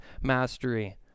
mastery